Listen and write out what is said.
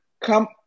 come